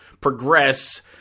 progress